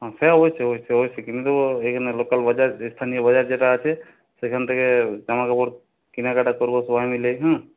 হ্যাঁ সে অবশ্যই অবশ্যই অবশ্যই কিনে দেব এখানে লোকাল বাজার যে স্থানীয় বাজার যেটা আছে সেখান থেকে জামাকাপড় কেনাকাটা করবো সবাই মিলে হুম